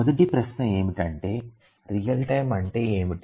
మొదటి ప్రశ్న ఏమిటంటే రియల్ టైమ్ అంటే ఏమిటి